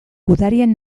gudarien